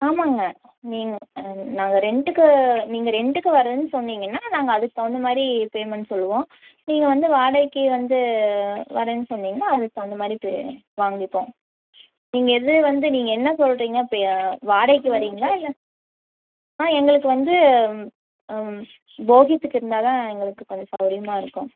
ஆமாங்க நீங்கள் நாங்கள் ரெண்ட்டுக்கு நீங்கள் ரெண்ட்க்கு வரேனு சொன்னிங்கன்னா நாங்கள் அதுக்கு தகுந்த மாதிரி பேமெண்ட் சொல்லுவோம் நீங்கள் வந்து வாடகைக்கு வந்து வரேனு சொன்னிங்கன்னா அதுக்கு தகுந்த மாதிரி வாங்கிப்போம் நீங்கள் இது வந்து நீங்கள் என்ன சொல்கிறீங்க இப்போ வாடகைக்கு வரிங்களா இல்லை ஆ எங்களுக்கு வந்து போகியத்துக்கு இருந்தால்தான் எங்களுக்கு கொஞ்சம் சௌரியமாக இருக்கும்